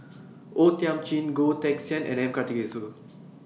O Thiam Chin Goh Teck Sian and M Karthigesu